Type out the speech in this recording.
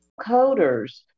Coders